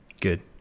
good